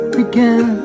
begin